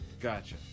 Gotcha